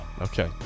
Okay